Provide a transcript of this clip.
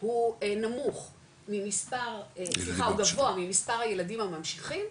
הוא גבוה ממספר הילדים הממשיכים,